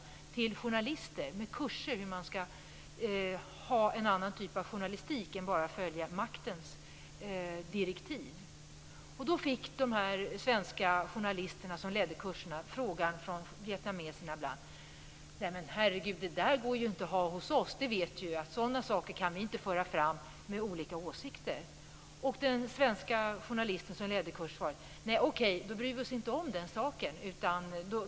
Det har anordnats kurser för journalister om hur man skall kunna ha en annan typ av journalistik än den som bara följer maktens direktiv. De svenska journalisterna fick då höra från vietnameserna: Det där går ju inte att ha hos oss. Sådana saker kan vi inte föra fram och ha olika åsikter om. De svenska journalisterna som ledde kursen sade: Okej, då bryr vi oss inte om den saken.